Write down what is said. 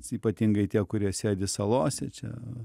ypatingai tie kurie sėdi salose